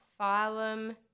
phylum